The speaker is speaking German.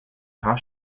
paar